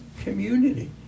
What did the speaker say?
community